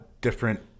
different